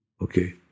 Okay